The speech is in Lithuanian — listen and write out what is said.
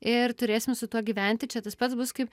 ir turėsim su tuo gyventi čia tas pats bus kaip